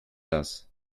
das